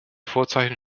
vorzeichen